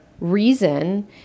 reason